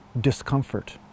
discomfort